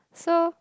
so